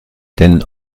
den